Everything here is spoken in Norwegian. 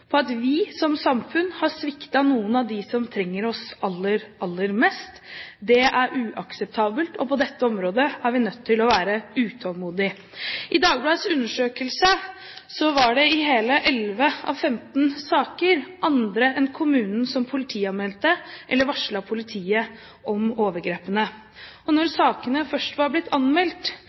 på at vi som samfunn har sviktet noen av dem som trenger oss aller mest. Det er uakseptabelt, og på dette området er vi nødt til å være utålmodige. I Dagbladets undersøkelse var det i hele 11 av 15 saker andre enn kommunen som politianmeldte eller varslet politiet om overgrepene. Og når sakene først var blitt anmeldt,